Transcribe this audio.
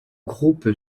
groupe